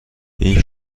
این